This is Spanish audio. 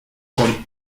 con